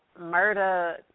Murda